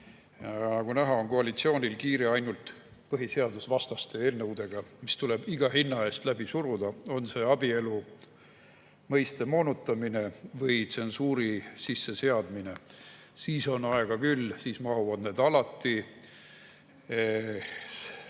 Nagu näha, on koalitsioonil kiire ainult põhiseadusvastaste eelnõudega, mis tuleb iga hinna eest läbi suruda, on see abielu mõiste moonutamine või tsensuuri sisseseadmine – siis on aega küll, siis mahuvad need alati